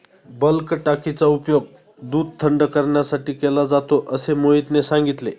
bulk टाकीचा उपयोग दूध थंड करण्यासाठी केला जातो असे मोहितने सांगितले